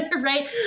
right